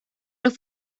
los